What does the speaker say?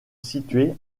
situé